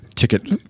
ticket